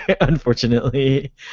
unfortunately